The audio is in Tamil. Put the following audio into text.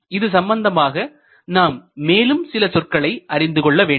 இது சம்பந்தமாக நாம் மேலும் சில சொற்களை அறிந்து கொள்ள வேண்டும்